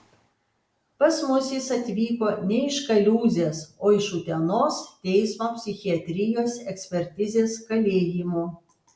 pas mus jis atvyko ne iš kaliūzės o iš utenos teismo psichiatrijos ekspertizės kalėjimo